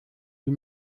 wie